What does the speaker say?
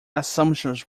assumptions